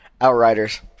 Outriders